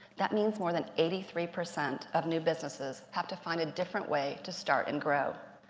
that means more than eighty three percent of new businesses have to find a different way to start and grow.